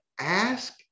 ask